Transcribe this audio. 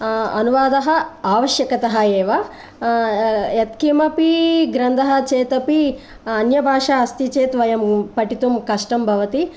अनुवादः आवश्यकतः एव अ यत्किमपि ग्रन्थः चेत् अपि अन्यभाषा अस्ति चेत् वयं पठितुं कष्टं भवति